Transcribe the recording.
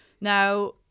Now